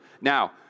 Now